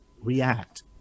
react